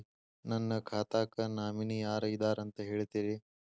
ನನ್ನ ಖಾತಾಕ್ಕ ನಾಮಿನಿ ಯಾರ ಇದಾರಂತ ಹೇಳತಿರಿ?